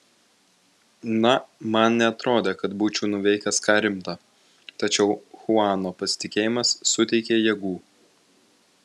na man neatrodė kad būčiau nuveikęs ką rimta tačiau chuano pasitikėjimas suteikė jėgų